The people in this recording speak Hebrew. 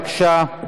בבקשה.